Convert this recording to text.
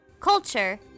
Culture